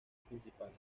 principales